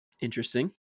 Interesting